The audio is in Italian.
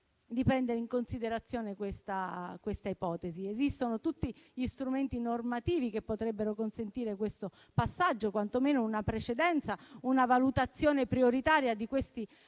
di prendere in considerazione questa ipotesi. Esistono tutti gli strumenti normativi che potrebbero consentire questo passaggio, dando quantomeno una precedenza o una valutazione prioritaria di questi